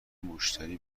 مشتری